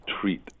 treat